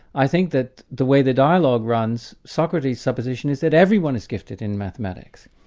i think that the way the dialogue runs, socrates' supposition is that everyone's gifted in mathematics.